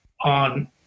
on